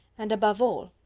and above all,